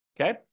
Okay